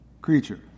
creature